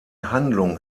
handlung